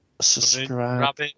subscribe